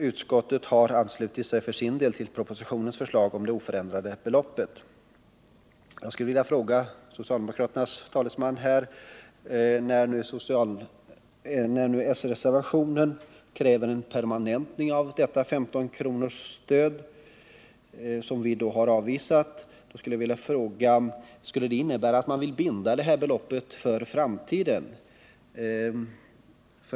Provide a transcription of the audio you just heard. Utskottet har emellertid för sin del anslutit sig till propositionens förslag om oförändrat belopp. Jag skulle vilja fråga socialdemokraternas talesman här: När nu s-reservationen kräver en permanentning av detta 15-kronorsstöd, som vi har avvisat, skulle det innebära att man vill binda beloppet för framtiden?